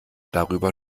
darüber